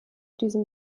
diesem